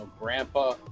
grandpa